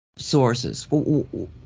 Sources